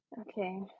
okay